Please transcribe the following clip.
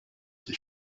qui